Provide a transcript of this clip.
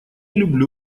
люблю